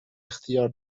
اختیار